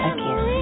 Again